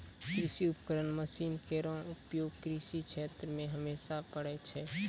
कृषि उपकरण मसीन केरो उपयोग कृषि क्षेत्र मे हमेशा परै छै